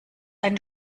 einen